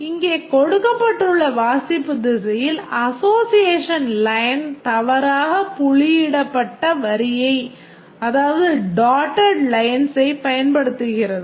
இங்கே கொடுக்கப்பட்டுள்ள வாசிப்பு திசையில் association line தவறாகப் புள்ளியிடப்பட்ட வரியைப் பயன்படுத்துகிறது